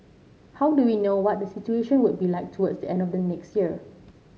how do we know what the situation will be like towards the end of next year